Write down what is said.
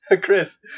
Chris